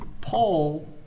Paul